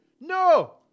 No